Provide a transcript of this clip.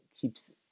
keeps